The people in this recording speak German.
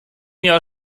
jahr